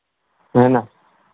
है ना